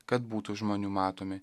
kad būtų žmonių matomi